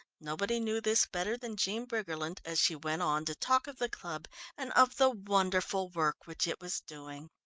nobody knew this better than jean briggerland as she went on to talk of the club and of the wonderful work which it was doing.